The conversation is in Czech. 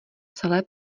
celé